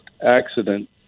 accident